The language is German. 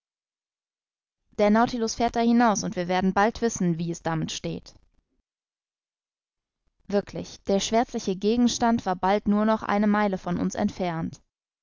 der nautilus fährt da hinaus und wir werden bald wissen wie es damit steht wirklich der schwärzliche gegenstand war bald nur noch eine meile von uns entfernt